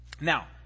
Now